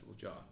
job